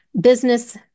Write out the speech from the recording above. business